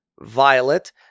violet